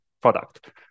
product